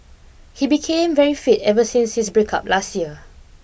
he became very fit ever since his breakup last year